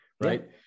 right